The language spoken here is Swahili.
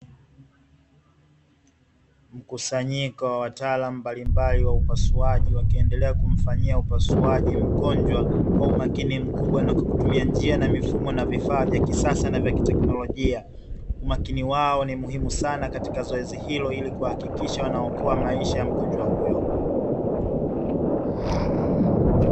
Mkusanyiko wa wataalamu mbalimbali wa upasuaji, wakiendelea kumfanyia upasuaji mgonjwa kwa umakini mkubwa na kwa kutumia njia na mifumo, na vifaa vya kisasa na vya teknolojia. Umakini wao ni muhimu sana katika zoezi hilo ili kuhakikisha wanaokoa maisha ya mgonjwa huyo.